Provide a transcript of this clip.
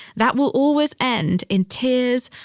that will always end in tears.